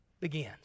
begins